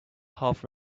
half